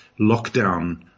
lockdown